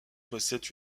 possèdent